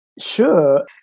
Sure